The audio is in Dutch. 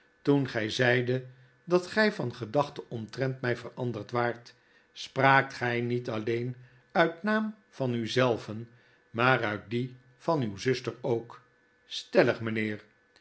toen gy zeidet dat gij van gedachte omtrent mij veranderd waart spraakt gy niet alleen uit naam van u zelven maar uit dien van uwe zuster ook stellig